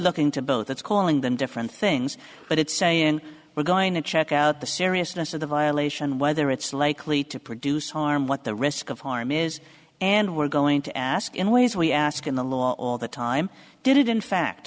looking to both that's calling them different things but it's saying we're going to check out the seriousness of the violation whether it's likely to produce harm what the risk of harm is and we're going to ask in ways we ask in the law all the time did in fact